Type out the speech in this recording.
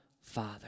Father